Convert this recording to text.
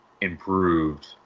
improved